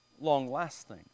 long-lasting